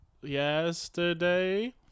yesterday